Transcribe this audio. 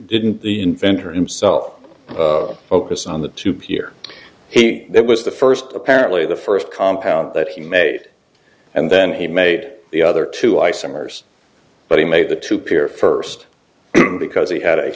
didn't the inventor himself focus on the two peer he that was the first apparently the first compound that he made and then he made the other two isomers but he made the two peer first because he had a